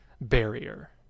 barrier